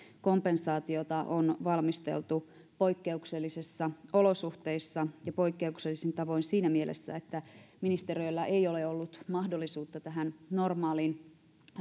kompensaatiota on valmisteltu poikkeuksellisissa olosuhteissa ja poikkeuksellisin tavoin siinä mielessä että ministeriöllä ei ole ollut mahdollisuutta tähän normaaliin